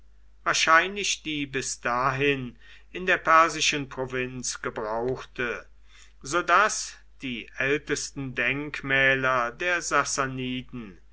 wahrscheinlich die bis dahin in der persischen provinz gebrauchte so daß die ältesten denkmäler der